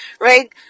Right